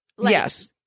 Yes